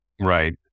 right